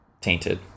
tainted